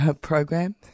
program